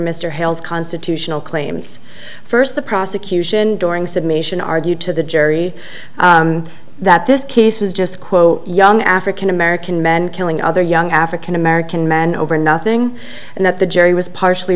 mr hale's constitutional claims first the prosecution during summation argue to the jury that this case was just quote young african american men killing other young african american men over nothing and that the jury was partially